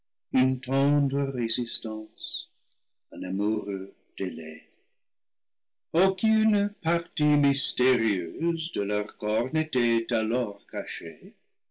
une tendre résistance un amoureux délai aucune partie mystérieuse de leurs corps n'était alors cachée